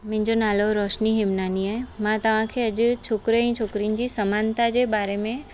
मुंहिंजो नालो रोशनी हेमनानी आहे मां तव्हांखे अॼ छोकिरे ऐं छोकिरी जी समानता जे बारे में